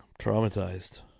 traumatized